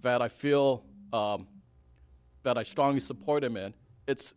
val i feel that i strongly support him and it's